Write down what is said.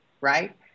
right